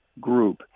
group